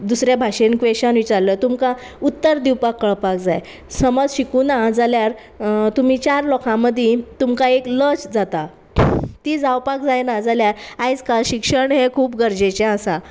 दुसऱ्या भाशेन क्वेशन विचारलो तुमकां उत्तर दिवपाक कळपाक जाय समज शिकुना जाल्यार तुमी चार लोकां मदीं तुमकां एक लज जाता ती जावपाक जायना जाल्यार आयज काल शिक्षण हें खूब गरजेचें आसा